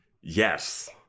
Yes